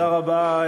תודה רבה,